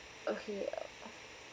okay